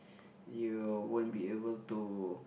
you won't be able to